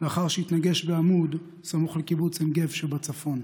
לאחר שהתנגש בעמוד סמוך לקיבוץ עין גב שבצפון,